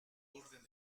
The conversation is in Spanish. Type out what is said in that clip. orden